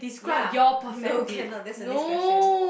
ya no cannot that's the next question